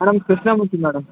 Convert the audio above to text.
madam Krishnamurthy madam